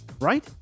Right